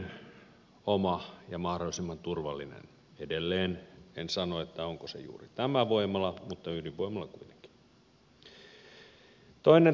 mieluummin oma ja mahdollisimman turvallinen edelleen en sano onko se juuri tämä voimala mutta ydinvoimala kuitenkin